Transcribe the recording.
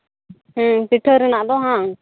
ᱦᱮᱸ ᱯᱤᱴᱷᱟᱹ ᱨᱮᱱᱟᱜ ᱫᱚ ᱵᱟᱝ